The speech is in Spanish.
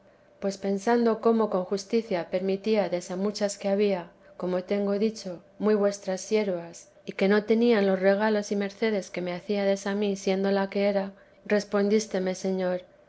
pues pensando cómo con justicia permitíades a muchas que había como tengo dicho muy vuestras siervas y que no tenían los regalos y mercedes que me hacíades a mí siendo la que era respondísteme señor